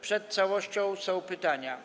Przed całością są pytania.